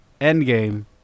Endgame